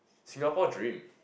Singapore dream